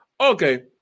Okay